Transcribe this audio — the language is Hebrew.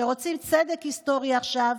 שרוצים צדק היסטורי עכשיו,